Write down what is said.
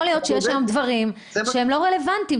יכול להיות שיש היום דברים שהם לא רלוונטיים.